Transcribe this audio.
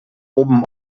oben